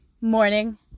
morning